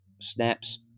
snaps